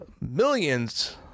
millions